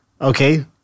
Okay